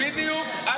בדיוק.